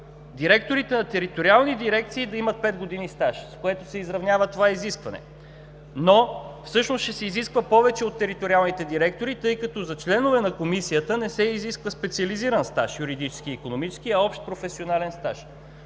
директорите на териториални дирекции да имат пет години стаж, с което се изравнява това изискване. Но всъщност от териториалните директори ще се изисква повече, тъй като за членове на Комисията не се изисква специализиран стаж – юридически и икономически, а общ професионален стаж.